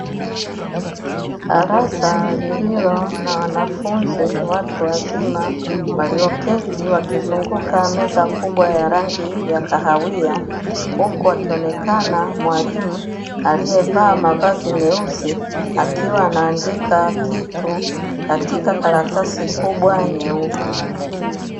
Darasa lililo na wanafunzi watu wazima walioketi wakizunguka meza kubwa ya rangi ya kahawia huku akionekana mwalimu aliyevaa mavazi meusi akiwa anaandika kitu katika karatasi kubwa nyeupe.